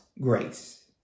grace